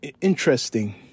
interesting